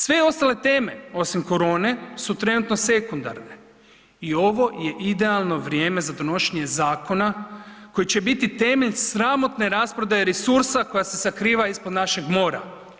Sve ostale teme osim korone su trenutno sekundarne i ovo je idealno vrijeme za donošenje zakona koji će biti temelj sramotne rasprodaje resursa koja se sakriva ispod našeg mora.